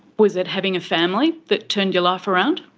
was it having a family that turned your life around?